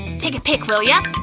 take a pic, will ya?